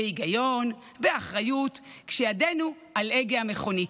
בהיגיון, באחריות, כשידנו על הגה המכונית.